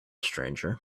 stranger